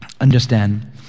understand